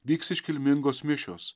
vyks iškilmingos mišios